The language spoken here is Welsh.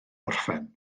orffen